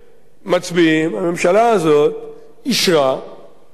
הממשלה הזאת אישרה מתווה,